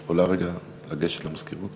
את יכולה לגשת רגע למזכירות?